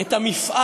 את המפעל